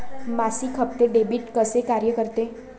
मासिक हप्ते, डेबिट कसे कार्य करते